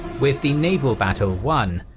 with the naval battle won,